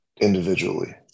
individually